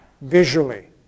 visually